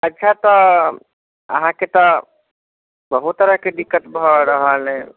अच्छा तऽ अहाँकेँ तऽ बहुत तरहके दिक्कत भऽ रहल अइ